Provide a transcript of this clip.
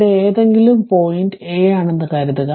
ഇവിടെ ഏതെങ്കിലും point a ആണെന്ന് കരുതുക